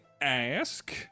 ask